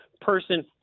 person